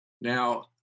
Now